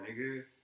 nigga